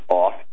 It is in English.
off